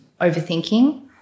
overthinking